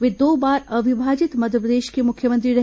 वे दो बार अविभाजित मध्यप्रदेश के मुख्यमंत्री रहे